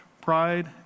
pride